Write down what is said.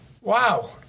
Wow